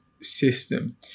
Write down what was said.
system